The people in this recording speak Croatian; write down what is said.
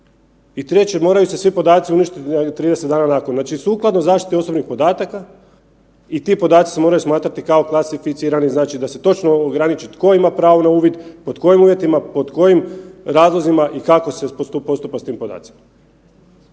i treće moraju se svi podaci uništiti 30 dana nakon, znači sukladno zaštiti osobnih podataka i ti podaci se moraju smatrati kao klasificirani, znači da se točno ograniči tko ima pravo na uvid, pod kojim uvjetima, pod kojim razlozima i kako se postupa s tim podacima